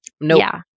No